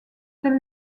tels